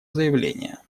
заявление